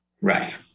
Right